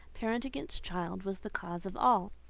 parent against child, was the cause of all.